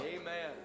Amen